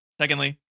secondly